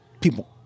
people